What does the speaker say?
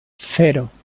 cero